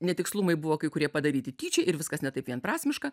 netikslumai buvo kai kurie padaryti tyčia ir viskas ne taip vienprasmiška